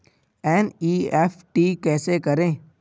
NEFT कैसे करें?